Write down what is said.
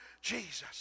Jesus